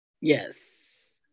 Yes